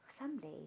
someday